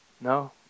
No